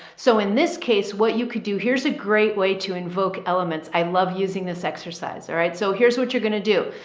so in this case, what you could do, here's a great way to invoke elements. i love using this exercise. all right. so here's what you're going to do.